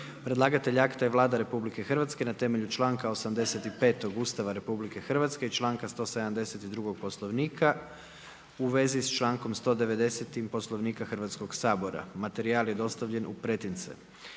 Predlagatelj akta je Vlada Republike Hrvatske na temelju članka 85. Ustava Republike Hrvatske i članka 172. Poslovnika u vezi s člankom 190. Poslovnika Hrvatskoga sabora. Materijal je dostavljen u pretince.